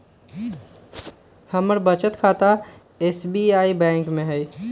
हमर बचत खता एस.बी.आई बैंक में हइ